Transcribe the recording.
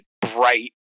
bright